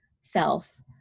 self